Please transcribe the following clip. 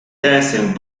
dancing